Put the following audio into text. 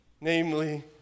Namely